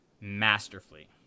masterfully